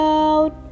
out